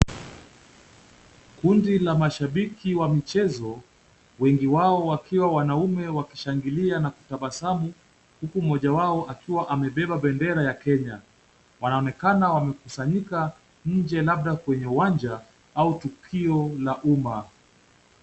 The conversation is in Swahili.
Kundi la mashabiki wa mchezo, wengi wao wakiwa wanaume wakishangilia na kutabasamu, mmoja wao akiwa amebeba bendera ya Kenya. Wanaonekana wamekusanyika nje labda kwenye uwanja au tukio la uma.